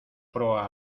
proa